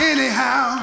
Anyhow